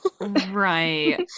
right